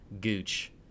Gooch